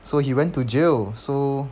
so he went to jail so